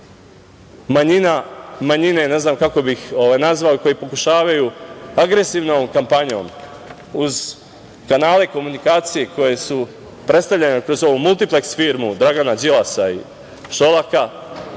manjine, ne znam kako bih ih nazvao, koji pokušavaju agresivnom kampanjom, uz kanale komunikacije, koje su predstavljene kroz ovu multipleks firmu Dragana Đilasa, Šolaka,